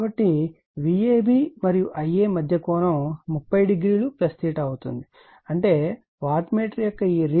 కాబట్టి Vab మరియు Ia మధ్య కోణం 30o అవుతుంది అంటే వాట్మీటర్ యొక్క ఈ రీడింగ్ P1 అవుతుంది